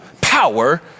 power